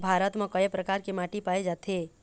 भारत म कय प्रकार के माटी पाए जाथे?